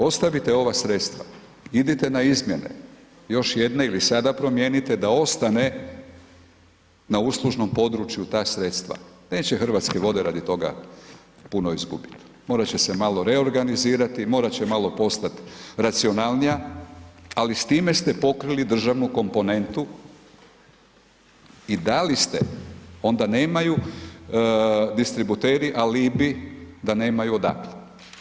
Ostavite ova sredstva, idite na izmjene, još jedne ili sada promijenite, da ostane na uslužnom području ta sredstva, neće Hrvatske vode radi toga, puno izgubiti, morati će se malo reorganizirati, morati će malo postati racionalnija, ali s time ste pokrili državnu komponentu i dali ste, onda nemaju distributeri alibi da nemaju odakle.